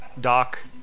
Doc